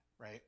right